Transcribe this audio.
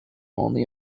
only